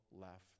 left